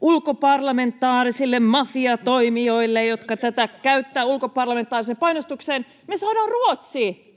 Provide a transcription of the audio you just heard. ulkoparlamentaarisille mafiatoimijoille, jotka tätä käyttävät ulkoparlamentaariseen painostukseen... Me saadaan Ruotsi.